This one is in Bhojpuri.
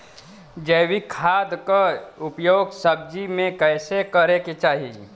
जैविक खाद क उपयोग सब्जी में कैसे करे के चाही?